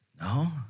No